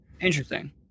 Interesting